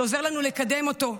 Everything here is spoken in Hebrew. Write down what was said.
שעוזר לנו לקדם אותו,